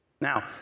Now